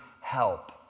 help